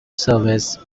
service